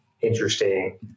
interesting